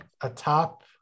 atop